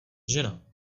žena